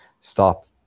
stop